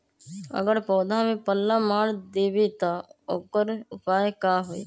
अगर पौधा में पल्ला मार देबे त औकर उपाय का होई?